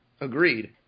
Agreed